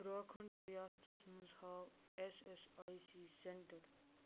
اُتراکھنٛڈ ریاستس مَنٛز ہاو S S I C centre